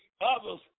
others